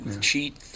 Cheat